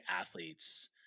athletes